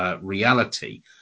Reality